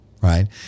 right